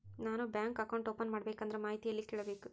ನಾನು bank account open ಮಾಡಬೇಕಂದ್ರ ಮಾಹಿತಿ ಎಲ್ಲಿ ಕೇಳಬೇಕು?